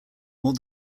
more